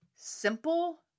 Simple